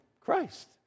Christ